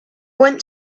went